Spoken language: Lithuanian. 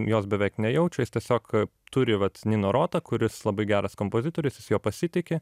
jos beveik nejaučia jis tiesiog turi vat nino rotą kuris labai geras kompozitorius jis juo pasitiki